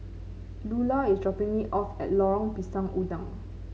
Lular is dropping me off at Lorong Pisang Udang